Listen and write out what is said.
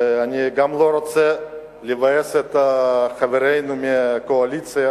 ואני גם לא רוצה לבאס את חברינו מהקואליציה,